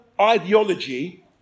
ideology